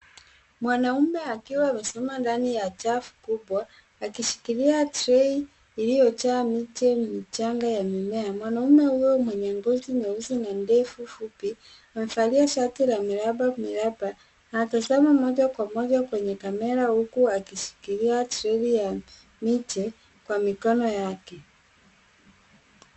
Mwanaume akiwa amesimama ndani ya chafu kubwa akishikiia trei iliyojaa miche michanga ya mimea. Mwanaume huyo mwenye ngozi nyeusi na ndevu fupi amevalia shati la miraba miraba. Anatazama moja kwa moja kwenye kamera huku akishikilia trei ya miche kwa mikono yake.